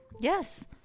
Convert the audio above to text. Yes